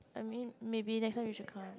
I mean maybe next time you should come